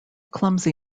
clumsy